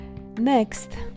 next